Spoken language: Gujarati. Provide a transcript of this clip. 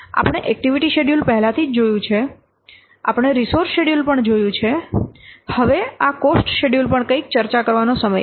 આપણે એક્ટિવિટી શેડ્યૂલ પહેલાથી જ જોયું છે આપણે રિસોર્સ શેડ્યૂલ પણ જોયું છે હવે આ કોસ્ટ શેડ્યૂલ પર કંઈક ચર્ચા કરવાનો સમય છે